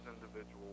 individuals